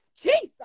Jesus